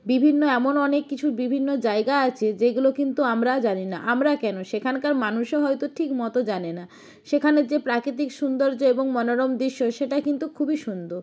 বিভিন্ন এমন অনেক কিছু বিভিন্ন জায়গা আছে যেগুলো কিন্তু আমরাও জানি না আমরা কেন সেখানকার মানুষও হয়তো ঠিক মতো জানে না সেখানের যে প্রাকৃতিক সুন্দর্য এবং মনোরম দৃশ্য সেটা কিন্তু খুবই সুন্দর